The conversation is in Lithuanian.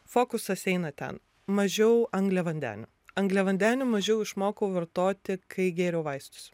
fokusas eina ten mažiau angliavandenių angliavandenių mažiau išmokau vartoti kai gėriau vaistus